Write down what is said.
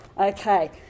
Okay